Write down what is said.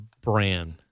brand